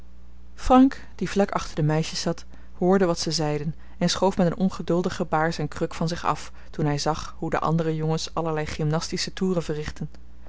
frank die vlak achter de meisjes zat hoorde wat zij zeiden en schoof met een ongeduldig gebaar zijn kruk van zich af toen hij zag hoe de andere jongens allerlei gymnastische toeren verrichtten